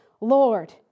Lord